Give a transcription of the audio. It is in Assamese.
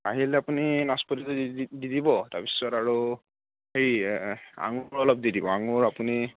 আহিলে আপুনি নাচপতিটো দি দিব তাৰপিছত আৰু সেই আঙুৰটো অলপ দি দিব আঙুৰ আপুনি